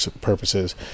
purposes